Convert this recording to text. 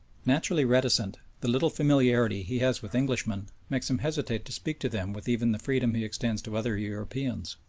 naturally reticent, the little familiarity he has with englishmen makes him hesitate to speak to them with even the freedom he extends to other europeans.